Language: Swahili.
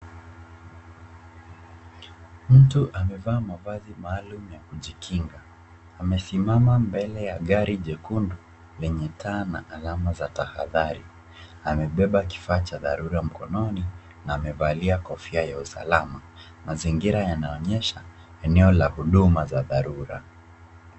Mtu amevaa mavazi maalum ya kujikinga. Amesimama mbele ya gari jekundu lenye taa na alama za tahadhari. Amebeba kifaa cha dharura mkononi na amevalia kofia ya usalama. Mazingira yanaonyesha eneo la huduma za dharura.